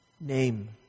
name